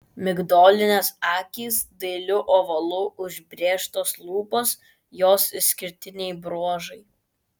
migdolinės akys dailiu ovalu užbrėžtos lūpos jos išskirtiniai bruožai